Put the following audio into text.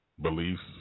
beliefs